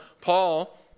Paul